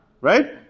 right